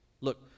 Look